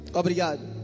obrigado